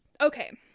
Okay